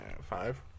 Five